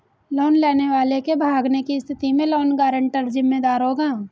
loan लेने वाले के भागने की स्थिति में लोन गारंटर जिम्मेदार होगा